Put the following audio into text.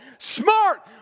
Smart